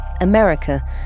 America